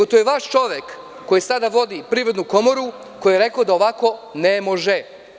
To je rekao vaš čovek koji sada vodi Privrednu komoru, koji je rekao da ovako ne može.